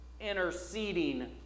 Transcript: interceding